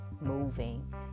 moving